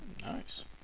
Nice